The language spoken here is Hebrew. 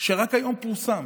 שרק היום פורסם